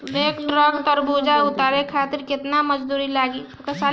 एक ट्रक तरबूजा उतारे खातीर कितना मजदुर लागी?